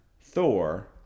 Thor